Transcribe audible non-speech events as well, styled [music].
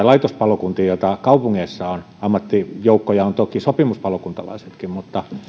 [unintelligible] laitospalokuntiin joita kaupungeissa on ammattijoukkoja ovat toki sopimuspalokuntalaisetkin